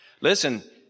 Listen